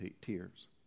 tears